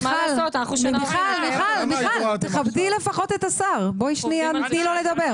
מיכל, תכבדי לפחות את השר, תני לו לדבר.